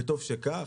וטוב שכך,